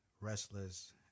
Restless